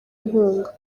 inkunga